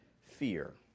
fear